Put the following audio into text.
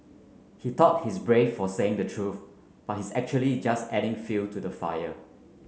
he thought he's brave for saying the truth but he's actually just adding fuel to the fire